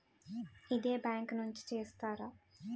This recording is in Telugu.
ఇదే బ్యాంక్ నుంచి చేస్తారా?